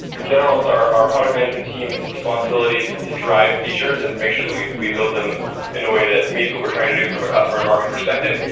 in general, it's our our product management team's responsibility to drive features and to make sure that we we build them in a way that meets what we're trying to do from a customer and market perspective,